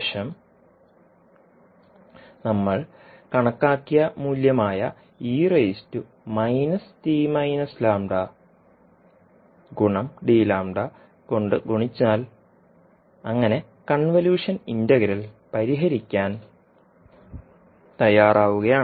ശേഷം നമ്മൾ കണക്കാക്കിയ മൂല്യമായ കൊണ്ട് ഗുണിച്ചാൽ അങ്ങനെ കൺവല്യൂഷൻ ഇന്റഗ്രൽ പരിഹരിക്കാൻ തയ്യാറാവുകയാണ്